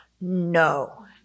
no